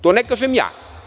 To ne kažem ja.